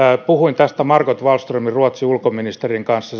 puhuin tästä margot wallströmin ruotsin ulkoministerin kanssa